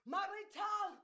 Marital